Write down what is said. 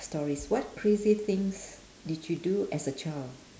stories what crazy things did you do as a child